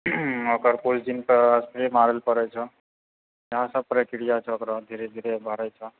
ओकर किछु दिन तऽ अथिये मरए परै छ इएह सब प्रक्रिया छ ओकराबाद धीरे धीरे बाहर आबै छै